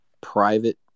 private